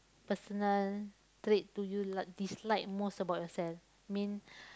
personal trait do you like dislike about yourself mean